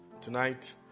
tonight